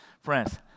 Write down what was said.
Friends